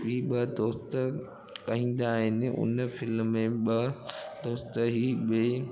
ही ॿ दोस्त ॻाईंदा आहिनि हुन फ़िल्म में ॿ दोस्त ही ॿिए